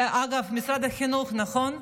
אגב, משרד החינוך, נכון?